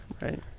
Right